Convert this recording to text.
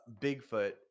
Bigfoot